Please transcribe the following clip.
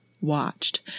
watched